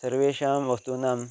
सर्वेषां वस्तूनां